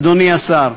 אדוני השר,